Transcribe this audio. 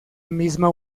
misma